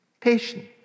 patient